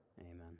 Amen